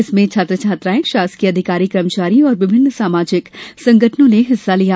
जिसमें छात्र छात्राएं शासकीय अधिकारी कर्मचारी और विभिन्न सामाजिक संगठनों ने हिस्सा लिया